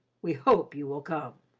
we hope you will come.